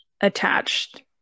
attached